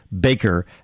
Baker